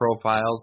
profiles